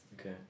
Okay